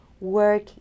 work